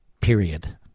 Period